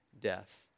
death